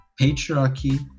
patriarchy